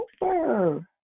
over